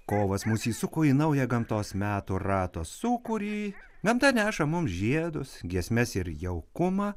kovas mus įsuko į naują gamtos metų rato sūkurį gamta neša mums žiedus giesmes ir jaukumą